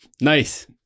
nice